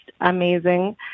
amazing